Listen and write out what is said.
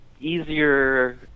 easier